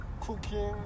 cooking